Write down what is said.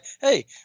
hey